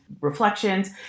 reflections